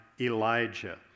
Elijah